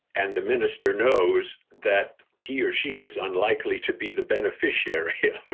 and the minister knows that he or she is unlikely to be the beneficiary here. but